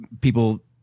people